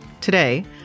Today